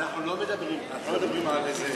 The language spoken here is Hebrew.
אנחנו לא מדברים על איזה,